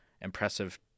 impressive